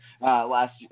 last